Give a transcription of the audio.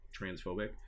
transphobic